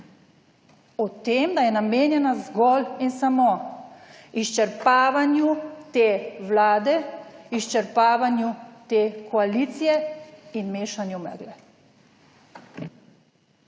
o tem, da je namenjena zgolj in samo izčrpavanju te Vlade, izčrpavanju te koalicije in mešanju megle.